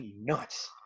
nuts